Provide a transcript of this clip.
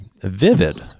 vivid